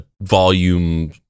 Volume